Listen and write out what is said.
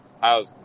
how's